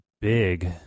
big